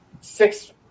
six